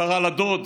קרא לדוד,